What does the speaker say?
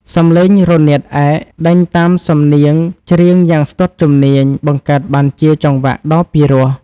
សំឡេងរនាតឯកដេញតាមសំនៀងច្រៀងយ៉ាងស្ទាត់ជំនាញ បង្កើតបានជាចង្វាក់ដ៏ពីរោះ។